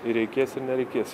ir reikės ir nereikės